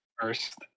first